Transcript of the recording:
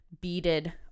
beaded